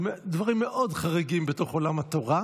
דברים חריגים מאוד בתוך עולם התורה,